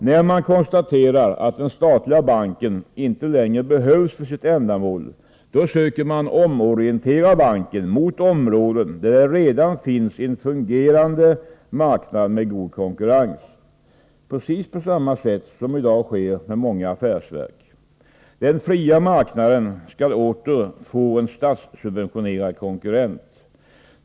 När man konstaterar att den statliga banken inte längre behövs för sitt ändamål söker man omorientera banken mot områden där det redan finns en fungerande marknad med god konkurrens — precis på samma sätt som i dag sker med många affärsverk. Den fria marknaden skall åter få en statssubventionerad konkurrent.